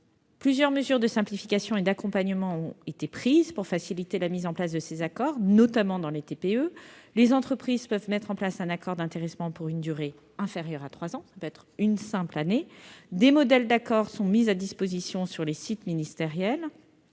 Plusieurs mesures de simplification et d'accompagnement ont été prises pour faciliter la mise en place de ces accords, notamment dans les TPE. Les entreprises peuvent mettre en place un accord d'intéressement pour une durée inférieure à trois ans. Des modèles d'accord sont mis à disposition sur les sites ministériels.